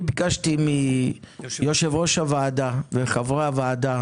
אני ביקשתי מיושב-ראש הוועדה וחברי הוועדה